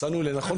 מצאנו לנכון,